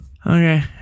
Okay